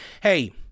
Hey